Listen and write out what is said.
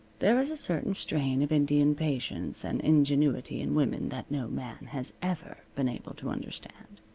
there is a certain strain of indian patience and ingenuity in women that no man has ever been able to understand.